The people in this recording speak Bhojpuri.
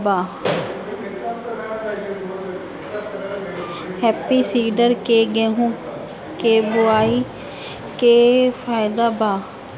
हैप्पी सीडर से गेहूं बोआई के का फायदा बा?